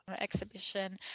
exhibition